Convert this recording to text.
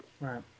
Right